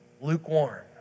Lukewarm